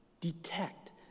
detect